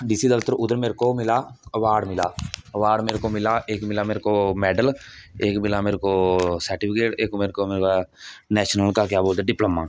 D C दफ्तर उधर मेरे को मिला आबर्ड मिला आबर्ड मेरे को मिला इक मिला मेरे को मैडल इक मिला मेरे को सर्टीफिकेट इक मेरे को मिला नैशल का क्या बोलते डिपलाॅमा